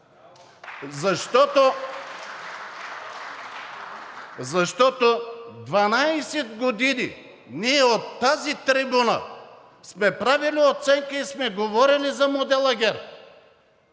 защото 12 години ние от тази трибуна сме правили оценка и сме говорили за модела